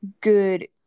good